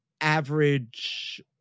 average